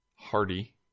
Hardy